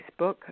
Facebook